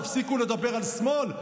תפסיקו לדבר על שמאל.